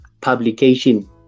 publication